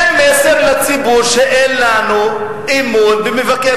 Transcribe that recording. זה מסר לציבור שאין לנו אמון במבקר